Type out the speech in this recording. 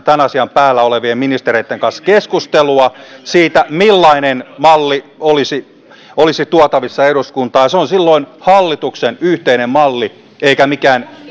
tämän asian päällä olevien ministereitten kanssa keskustelua siitä millainen malli olisi olisi tuotavissa eduskuntaan se on silloin hallituksen yhteinen malli eikä mikään